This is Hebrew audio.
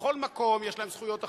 בכל מקום יש להם זכויות אחרות,